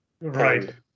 right